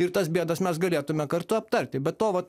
ir tas bėdas mes galėtume kartu aptarti be to vat